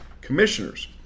Commissioners